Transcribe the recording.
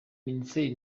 minisiteri